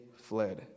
fled